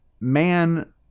man